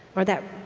or that